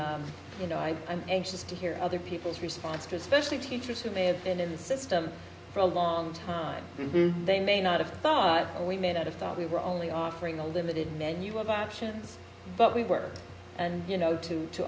and you know i i'm anxious to hear other people's response to specially teachers who may have been in the system for a long time they may not have thought we made out of thought we were only offering a limited menu of options but we've worked and you know to